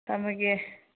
ꯊꯝꯃꯒꯦ